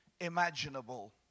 imaginable